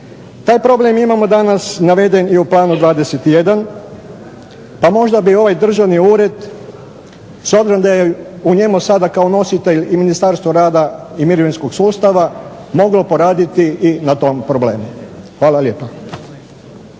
Taj problem imamo naveden danas u planu 21. pa možda bi ovaj državni ured s obzirom da je u njemu sada kao nositelj ministarstvo rada i mirovinskog sustava moglo poraditi na tom problemu. Hvala lijepa.